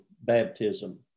baptism